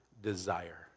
desire